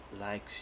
likes